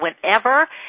whenever